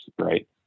right